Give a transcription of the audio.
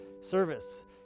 service